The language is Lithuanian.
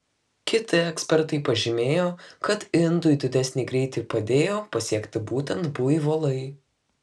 kiti ekspertai pažymėjo kad indui didesnį greitį padėjo pasiekti būtent buivolai